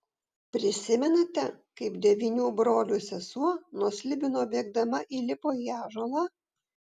prisimenate kaip devynių brolių sesuo nuo slibino bėgdama įlipo į ąžuolą